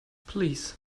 please